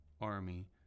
army